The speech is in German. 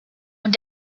und